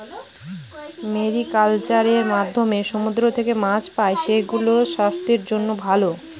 mariculture এর মাধ্যমে সমুদ্র থেকে মাছ পাই, সেগুলো স্বাস্থ্যের জন্য ভালো